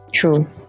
True